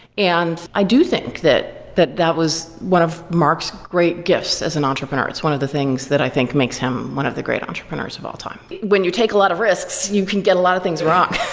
and i do think that that that was one of mark's great gifts as an entrepreneur. it's one of the things that i think makes him one of the great entrepreneurs of all time. when you take a lot of risks, you can get a lot of things wrong.